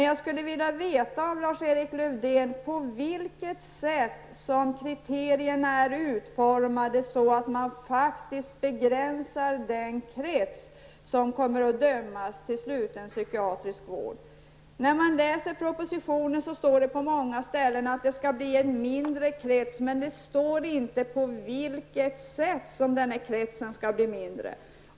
Jag vill av Lars-Erik Lövdén veta på vilket sätt kriterierna är utformade så att man faktiskt begränsar den krets som kommer att dömas till sluten psykiatrisk vård. I propositionen står på många ställen att det skall bli en mindre krets, men det står inte på vilket sätt som denna krets skall bli mindre.